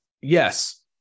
yes